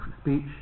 speech